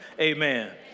Amen